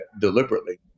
deliberately